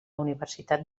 universitat